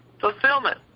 Fulfillment